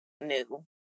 new